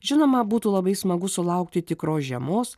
žinoma būtų labai smagu sulaukti tikros žiemos